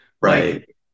Right